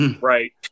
Right